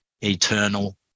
eternal